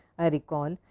i recall,